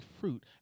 fruit